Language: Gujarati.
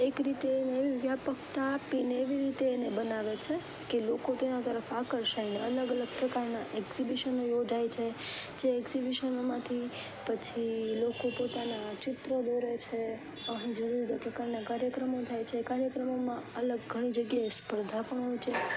એક રીતે નવી વ્યાપકતા આપીને એવી રીતે એને બનાવે છે કે લોકો તેના તરફ આકર્ષાય અલગ અલગ પ્રકારનાં એક્ઝિબિશનો યોજાય છે જે એક્ઝિબિશનોમાંથી પછી લોકો પોતાના ચિત્રો દોરે છે અને જુદા જુદા પ્રકારના કાર્યક્રમો થાય છે કાર્યક્રમોમાં અલગ ઘણી જગ્યાએ સ્પર્ધા પણ હોય છે